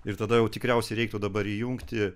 ir tada jau tikriausiai reiktų dabar įjungti